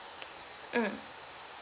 mm